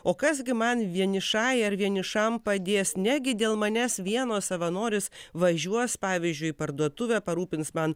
o kas gi man vienišai ar vienišam padės negi dėl manęs vieno savanoris važiuos pavyzdžiui į parduotuvę parūpins man